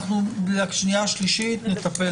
בקריאה השנייה והשלישית נטפל.